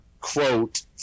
quote